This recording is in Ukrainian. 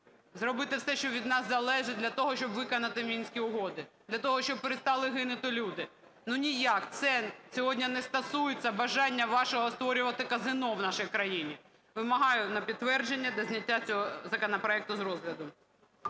зробити все, що від нас залежить для того, щоб виконати Мінські угоди, для того, щоб перестали гинути люди. Ну, ніяк це сьогодні не стосується бажання вашого створювати казино в нашій країні. Вимагаю на підтвердження та зняття цього законопроекту з розгляду.